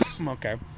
Okay